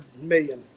million